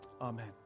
Amen